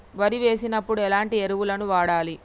వరి వేసినప్పుడు ఎలాంటి ఎరువులను వాడాలి?